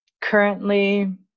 Currently